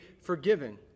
forgiven